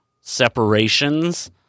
separations